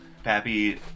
Pappy